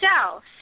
south